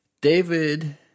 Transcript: David